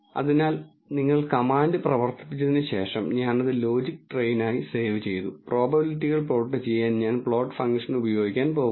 അതിനാൽ നിങ്ങൾ കമാൻഡ് പ്രവർത്തിപ്പിച്ചതിന് ശേഷം ഞാൻ അത് ലോജിക് ട്രെയിനായി സേവ് ചെയ്തു പ്രോബബിലിറ്റികൾ പ്ലോട്ട് ചെയ്യാൻ ഞാൻ പ്ലോട്ട് ഫംഗ്ഷൻ ഉപയോഗിക്കാൻ പോകുന്നു